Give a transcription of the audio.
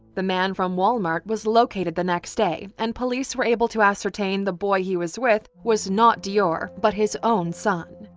the man from wal-mart was located the next day and police were able to ascertain that the boy he was with was not deorr, but his own son.